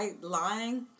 lying